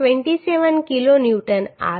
27 kilo newton આવે